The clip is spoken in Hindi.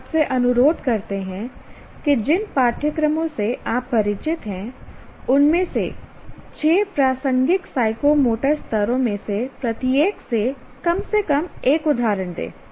हम आपसे अनुरोध करते हैं कि जिन पाठ्यक्रमों से आप परिचित हैं उनमें से छह प्रासंगिक साइकोमोटर स्तरों में से प्रत्येक से कम से कम एक उदाहरण दें